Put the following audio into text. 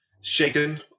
Shaken